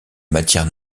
matière